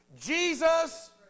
Jesus